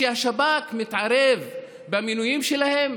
שהשב"כ מתערב במינויים שלהם?